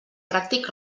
pràctic